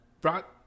brought